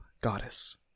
Goddess